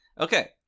Okay